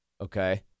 Okay